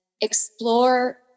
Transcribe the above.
explore